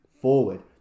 forward